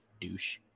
douche